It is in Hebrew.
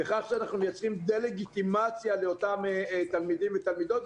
בכך שאנחנו מייצרים דה-לגיטימציה לאותם תלמידים ותלמידות.